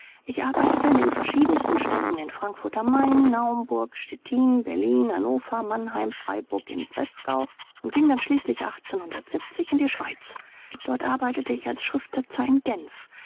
ich arbeitete in den verschiedensten städten in frankfurt am main naumburg stettin berlin hannover mannheim freiburg i breisgau und ging dann schließlich in die schweiz dort arbeitete ich als schriftsetzer in genf